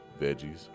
veggies